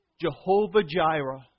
Jehovah-Jireh